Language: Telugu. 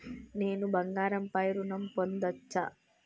నేను బంగారం పై ఋణం పొందచ్చా?